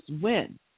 win